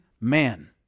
man